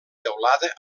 teulada